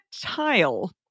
tile